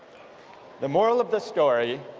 the moral of the story